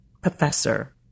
professor